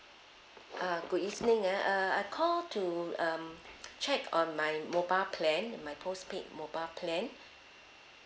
uh good evening ah uh I call to um check on my mobile plan my postpaid mobile plan